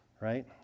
right